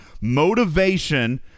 motivation